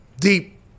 deep